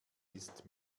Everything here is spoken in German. ist